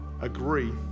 agree